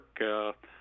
work